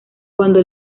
cuando